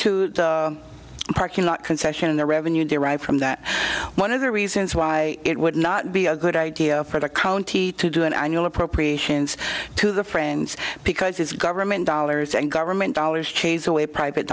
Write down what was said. to parking lot concession in the revenue derived from that one of the reasons why it would not be a good idea for the county to do an annual appropriations to the friends because it's government dollars and government dollars chase away private